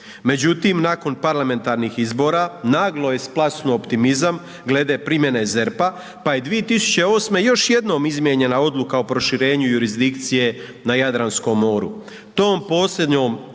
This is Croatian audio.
Međutim, nakon parlamentarnih izbora naglo je splasnuo optimizam glede primjene ZERP-a, pa je 2008. još jednom izmijenjena Odluka o proširenju jurisdikcije na Jadranskom moru.